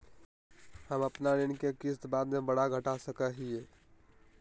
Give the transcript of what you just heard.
हम अपन ऋण के किस्त बाद में बढ़ा घटा सकई हियइ?